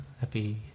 Happy